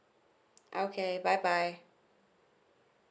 okay bye bye